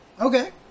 Okay